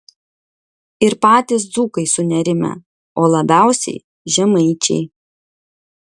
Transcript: ir patys dzūkai sunerimę o labiausiai žemaičiai